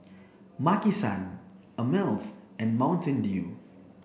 Maki San Ameltz and Mountain Dew